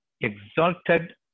exalted